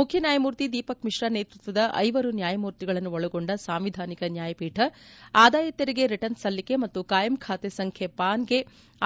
ಮುಖ್ಯ ನ್ವಾಯಮೂರ್ತಿ ದೀಪಕ್ ಮಿಶ್ರಾ ನೇತೃತ್ವದ ಐವರುನ್ಡಾಯಮೂರ್ತಿಗಳನ್ನು ಒಳಗೊಂಡ ಸಾಂವಿಧಾನಿಕ ನ್ಯಾಯಪೀಠ ಪೀಠ ಆದಾಯ ತೆರಿಗೆ ರಿಟರ್ನ್ಸ್ ಸಲ್ಲಿಕೆ ಮತ್ತು ಕಾಯಂ ಖಾತೆ ಸಂಖ್ಯೆ ಪಾನ್ಗೆ